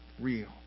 real